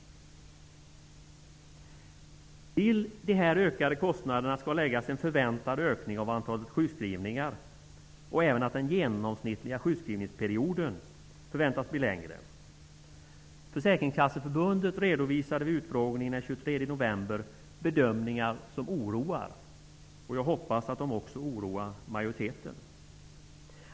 Till dessa ökade kostnader ska läggas kostnaderna för en förväntad ökning av antalet sjukskrivningar. Den genomsnittliga sjukskrivningsperioden förväntas bli längre. Försäkringskasseförbundet redovisade vid utfrågningen den 23 november bedömningar som oroar. Jag hoppas att de också oroar majoriteten.